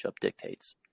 dictates